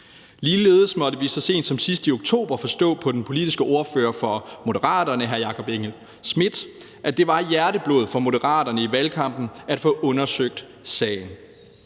Ligeledes måtte vi så sent som sidst i oktober forstå på den politiske ordfører for Moderaterne, hr. Jakob Engel-Schmidt, at det var hjerteblod for Moderaterne i valgkampen at få undersøgt sagen.